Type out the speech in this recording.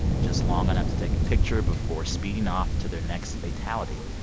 just long enough to take a picture before speeding off to their next fatality.